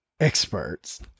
experts